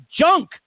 junk